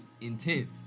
Intent